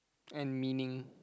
and meaning